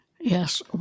Yes